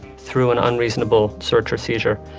through an unreasonable search or seizure,